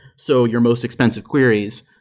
so your most expensive queries,